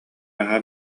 наһаа